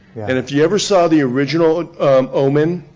and if yeah ever saw the original omen,